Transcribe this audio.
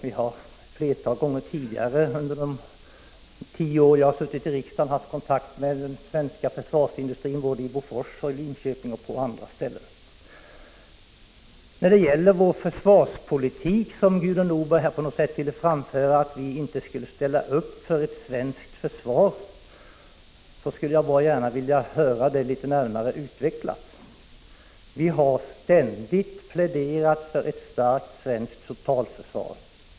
Vi har flera gånger under de tio år jag suttit i riksdagen haft kontakt med den svenska försvarsindustrin både i Bofors, Linköping och på andra ställen. När det gäller försvarspolitiken ville Gudrun Norberg på något sätt göra gällande att vi inte skulle ställa upp för ett svenskt försvar. Det påståendet skulle jag gärna vilja få litet närmare utvecklat. Vi har ständigt pläderat för ett starkt svenskt totalförsvar.